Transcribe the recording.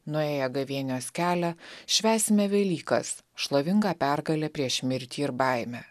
nuėję gavėnios kelią švęsime velykas šlovingą pergalę prieš mirtį ir baimę